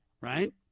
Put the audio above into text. right